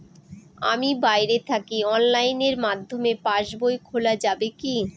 আমি বাইরে থাকি অনলাইনের মাধ্যমে পাস বই খোলা যাবে কি?